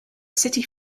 city